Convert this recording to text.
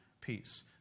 peace